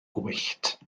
gwyllt